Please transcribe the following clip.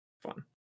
fun